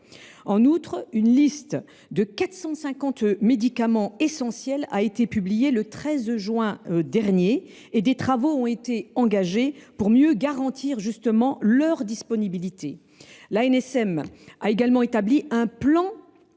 En outre, une liste de 450 médicaments essentiels a été publiée le 13 juin dernier et des travaux ont été engagés pour mieux garantir leur disponibilité. L’ANSM a également établi un plan